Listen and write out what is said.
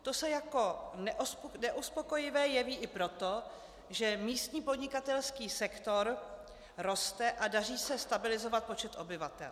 To se jako neuspokojivé jeví i proto, že místní podnikatelský sektor roste a daří se stabilizovat počet obyvatel.